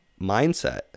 mindset